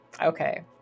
okay